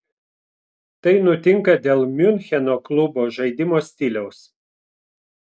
tai nutinka dėl miuncheno klubo žaidimo stiliaus